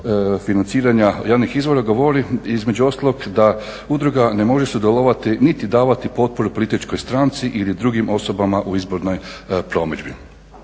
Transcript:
financiranja javnih izvora govori između ostalog da udruga ne može sudjelovati niti davati potporu političkoj stranci ili drugim osobama u izbornoj promidžbi.